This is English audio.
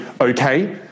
okay